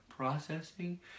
processing